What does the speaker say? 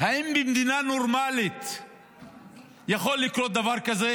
האם במדינה נורמלית יכול לקרות דבר כזה?